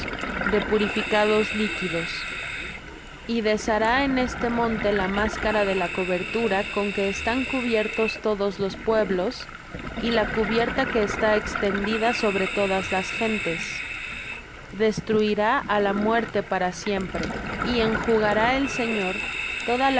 de purificados líquidos y deshará en este monte la máscara de la cobertura con que están cubiertos todos los pueblos y la cubierta que está extendida sobre todas las gentes destruirá á la muerte para siempre y enjugará el señor toda